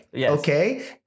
Okay